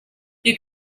you